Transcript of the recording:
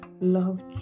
love